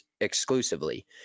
exclusively